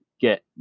get